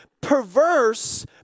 perverse